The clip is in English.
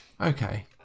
Okay